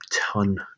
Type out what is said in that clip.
ton